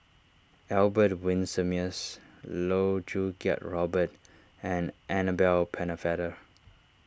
Albert Winsemius Loh Choo Kiat Robert and Annabel Pennefather